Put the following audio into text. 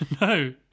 No